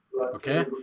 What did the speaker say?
Okay